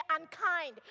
unkind